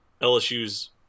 lsu's